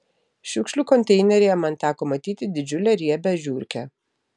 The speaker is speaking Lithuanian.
šiukšlių konteineryje man teko matyti didžiulę riebią žiurkę